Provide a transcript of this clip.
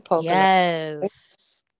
Yes